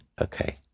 okay